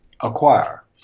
acquire